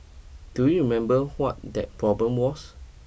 do you remember what that problem was